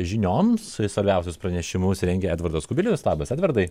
žinioms svarbiausius pranešimus rengė edvardas kubilius labas edvardai